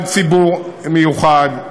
גם ציבור מיוחד,